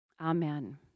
Amen